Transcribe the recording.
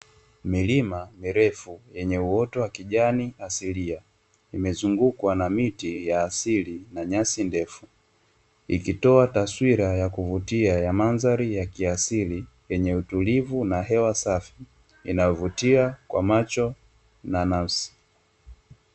Milima mirefu yenye uoto wa kijani asilia, imezungukwa na miti ya asili na nyasi ndefu, ikitoa taswira ya kuvutia ya mandhari ya kiasili yenye utulivu na hewa safi inayovutia kwa macho na nafsi.